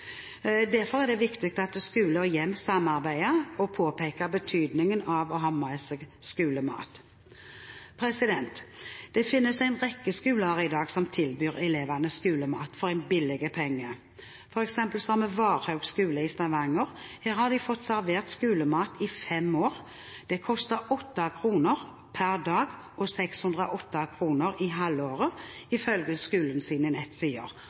Derfor er det viktig at skole og hjem samarbeider og påpeker betydningen av å ha med seg skolemat. Det finnes en rekke skoler i dag som tilbyr elevene skolemat for en billig penge. For eksempel på Varhaug skule ved Stavanger har de fått servert skolemat i fem år. Det koster 8 kr per dag og 608 kr i halvåret, ifølge skolens nettsider.